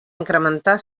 incrementar